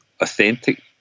authentic